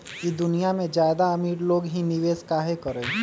ई दुनिया में ज्यादा अमीर लोग ही निवेस काहे करई?